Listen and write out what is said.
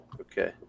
Okay